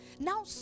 Now